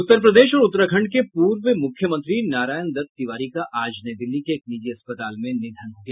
उत्तरप्रदेश और उत्तराखंड के पूर्व मुख्यमंत्री नारायण दत्त तिवारी का आज नई दिल्ली के एक निजी अस्पताल में निधन हो गया